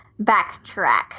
Backtrack